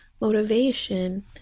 motivation